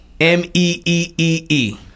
M-E-E-E-E